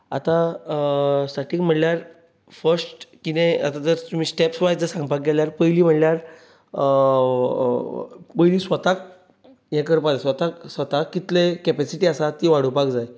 आतां सेटींग म्हणल्यार फर्स्ट कितें आतां जर तुमी स्टेप वायज सांगपाक गेले जाल्यार पयली म्हणल्यार पयली स्वताक ए करपाक जाय स्वताक कितले कॅपेसिटी आसा ती वाडोवपाक जाय